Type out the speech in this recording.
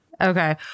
Okay